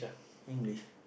English